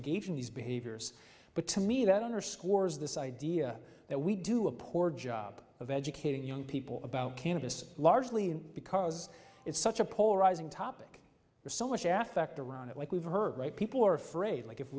engage in these behaviors but to me that underscores this idea that we do a poor job of educating young people about cannabis largely because it's such a polarizing topic there's so much aspect of around it like we've heard right people are afraid like if